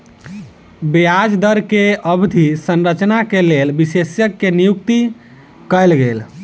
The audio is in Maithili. ब्याज दर के अवधि संरचना के लेल विशेषज्ञ के नियुक्ति कयल गेल